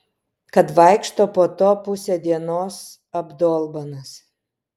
kad vaikšto po to pusę dienos abdolbanas